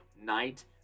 night